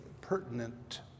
pertinent